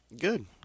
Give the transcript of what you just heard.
Good